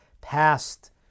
passed